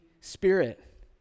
Spirit